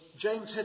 James